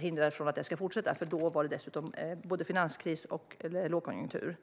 hindrar det från att fortsätta. Då var det dessutom både finanskris och lågkonjunktur.